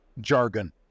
jargon